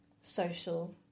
social